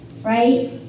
Right